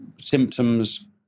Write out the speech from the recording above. symptoms